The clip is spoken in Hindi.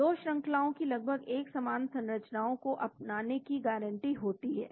2 श्रंखलाओं की लगभग एक समान संरचना को अपनाने की गारंटी होती है